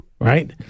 Right